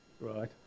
right